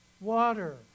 water